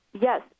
Yes